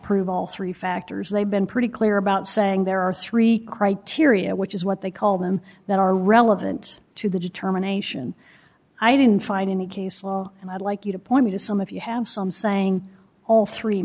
prove all three factors they've been pretty clear about saying there are three criteria which is what they call them that are relevant to the determination i didn't find in the case and i'd like you to point me to some of you have some saying all three